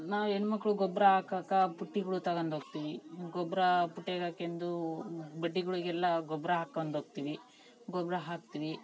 ನಾವು ಹೆಣ್ಮಕ್ಳು ಗೊಬ್ಬರ ಹಾಕಾಕ ಪುಟ್ಟಿಗಳು ತಗೊಂಡ್ ಹೋಗ್ತೀವಿ ಗೊಬ್ಬರ ಪುಟ್ಯಾಗ ಹಾಕೊಂಡು ಬಡ್ಡಿಗಳಿಗೆಲ್ಲಾ ಗೊಬ್ಬರ ಹಾಕಂಡೋಗ್ತೀವಿ ಗೊಬ್ಬರ ಹಾಕ್ತೀವಿ